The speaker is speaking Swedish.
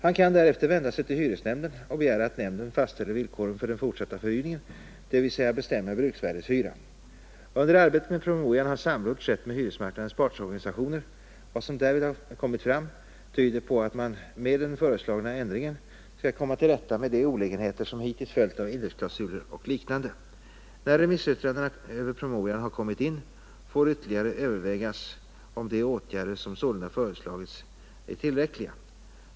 Han kan därefter vända sig till hyresnämnden och begära att nämnden fastställer villkoren för den fortsatta förhyrningen, dvs. bestämmer bruksvärdeshyra. Under arbetet med promemorian har samråd skett med hyresmarknadens partsorganisationer. Vad som därvid har framkommit tyder på att man med den föreslagna ändringen skall komma till rätta med de olägenheter som hittills följt av indexklausuler och liknande. När remissyttrandena över promemorian har kommit in, får ytterligare övervägas om de åtgärder som sålunda föreslagits är tillräckliga.